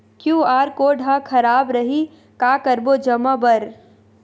QR code हा खराब रही का करबो जमा बर?